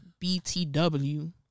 btw